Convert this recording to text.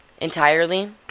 Entirely